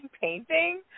painting